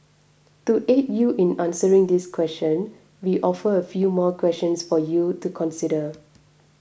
to aid you in answering this question we offer a few more questions for you to consider